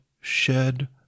shed